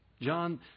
John